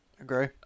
agree